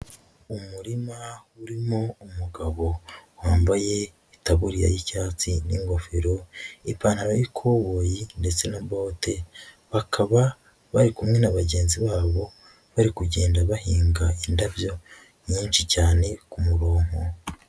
Umurima urimo umugabo wambaye itaburiya y'icyatsi n'ingofero, ipantaro y'ikoboyi ndetse na bote, bakaba bari kumwe na bagenzi babo bari kugenda bahinga indabyo nyinshi cyane ku muronko.